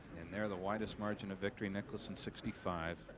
in there, the widest margin of victory nicklaus and sixty-five